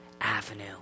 avenue